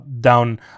down